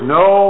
no